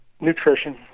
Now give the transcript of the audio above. Nutrition